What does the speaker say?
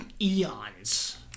eons